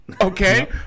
Okay